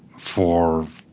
for,